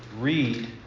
read